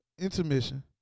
intermission